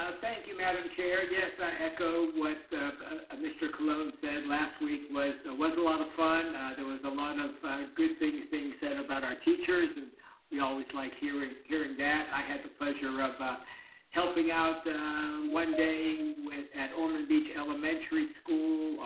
ah thank you. madam chair. yes, i echo what a mr. colon said last week was was a lot of fun. there was a lot of good things being said about our teachers. and we always like hearing hearing that i had the pleasure around helping out one day with at ormond beach elementary school.